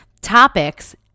topics